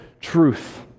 truth